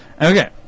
Okay